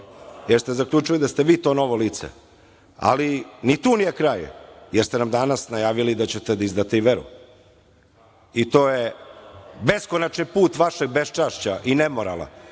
jer ste zaključili da ste vi to novo lice. Ali, ni tu nije kraj, jer ste nam danas najavili da ćete da izdate i veru i to je beskonačni put vašeg beščašća i nemorala.